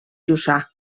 jussà